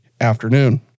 afternoon